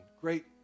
great